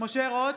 משה רוט,